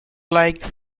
like